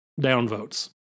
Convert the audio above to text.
downvotes